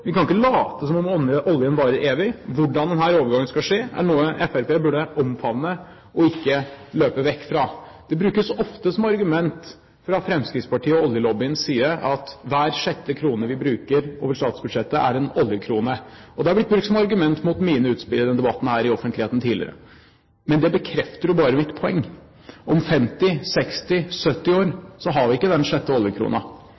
Vi kan ikke late som om oljen varer evig. Hvordan denne overgangen skal skje, er noe Fremskrittspartiet burde omfavne og ikke løpe vekk fra. Det brukes ofte som argument fra Fremskrittspartiet og oljelobbyens side at hver sjette krone vi bruker over statsbudsjettet, er en oljekrone, og det er blitt brukt som argument mot mine utspill i denne debatten i offentligheten tidligere. Men det bekrefter jo bare mitt poeng. Om 50, 60, 70